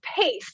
pace